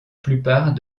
plupart